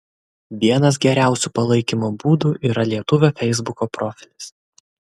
vienas geriausių palaikymo būdų yra lietuvio feisbuko profilis